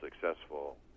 successful